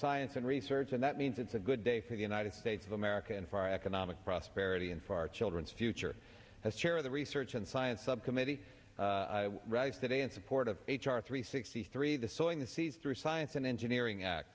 science and research and that means it's a good day for the united states of america and for our economic prosperity and for our children's future as chair of the research and science subcommittee rise today in support of h r three sixty three the sowing the seeds through science and engineering act